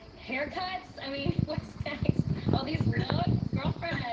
haircuts, i mean, what's next? all these looks, girlfriend.